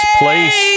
place